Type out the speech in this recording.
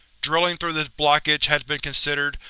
drilling through this blockage has been considered,